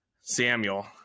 Samuel